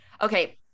Okay